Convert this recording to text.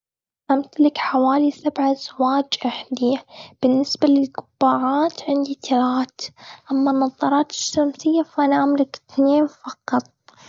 أمتلك حوالي سبع أزواج أحذية. بالنسبة للقبعات عندي تلات. أما النظارات الشمسية فأنا أملك إتنين فقط.